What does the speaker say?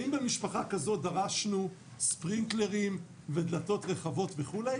האם ממשפחה הזאת דרשנו ספרינקלרים ודלתות רחובות וכו'?